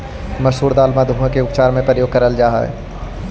मसूर दाल मधुमेह के उपचार में भी प्रयोग करेल जा हई